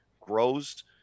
grows